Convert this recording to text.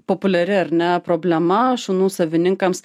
populiari ar ne problema šunų savininkams